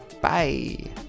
Bye